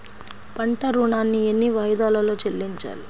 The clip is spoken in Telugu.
పంట ఋణాన్ని ఎన్ని వాయిదాలలో చెల్లించాలి?